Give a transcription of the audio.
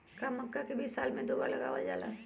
का मक्का के बीज साल में दो बार लगावल जला?